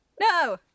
No